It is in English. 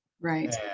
Right